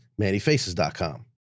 mannyfaces.com